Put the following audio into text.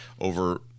over